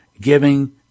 giving